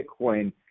Bitcoin